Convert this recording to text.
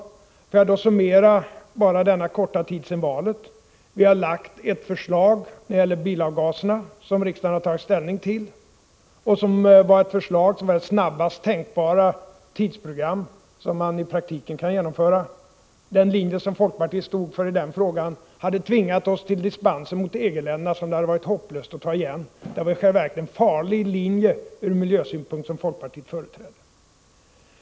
Får jag då summera bara denna korta tid som gått sedan valet. Vi har när det gäller bilavgaserna lagt fram ett förslag som riksdagen har tagit ställning till. Detta förslag innebär snabbaste tänkbara tidsprogram som man i praktiken kan genomföra. Den linje som folkpartiet stod för i den frågan hade tvingat oss till dispenser mot EG-länderna som det hade varit hopplöst att ta tillbaka. Det var i själva verket en farlig linje ur miljösynpunkt som folkpartiet företrädde.